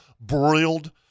broiled